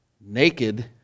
naked